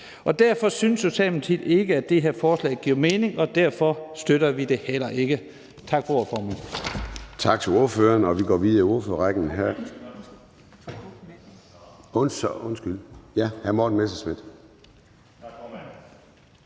Derfor synes Socialdemokratiet ikke, at det her forslag giver mening, og derfor støtter vi det heller ikke.